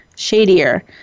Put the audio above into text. Shadier